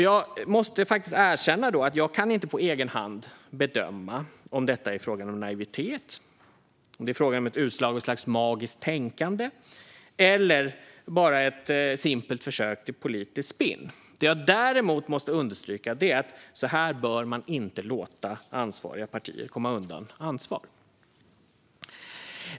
Jag måste erkänna att jag inte på egen hand kan bedöma om detta är en fråga om naivitet, ett utslag av ett slags magiskt tänkande eller bara ett simpelt försök till politiskt spinn. Det jag däremot måste understryka är att så här bör man inte låta ansvariga partier komma undan ansvar.